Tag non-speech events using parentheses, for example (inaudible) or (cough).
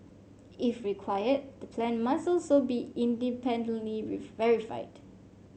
if required the plan must also be independently (unintelligible) verified